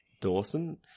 Dawson